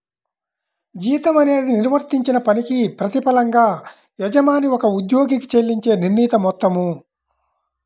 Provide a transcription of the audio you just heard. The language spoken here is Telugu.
జీతం అనేది నిర్వర్తించిన పనికి ప్రతిఫలంగా యజమాని ఒక ఉద్యోగికి చెల్లించే నిర్ణీత మొత్తం